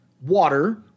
water